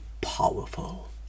powerful